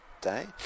day